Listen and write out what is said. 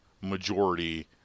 majority